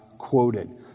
quoted